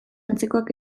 antzekoak